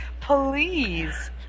Please